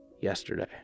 Yesterday